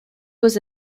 was